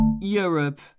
Europe